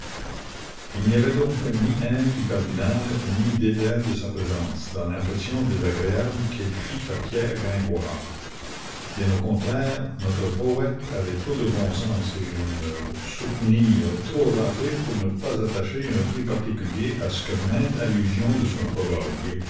il n'y avait donc ni haine du cardinal ni dédain de sa présence dans l'impression désagréable qu'elle fit à pierre gringoire bien au contraire notre poète avait trop de bon sens et une souquenille trop râpée pour ne pas attacher un prix particulier à ce que mainte allusion de son prologue